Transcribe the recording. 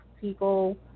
people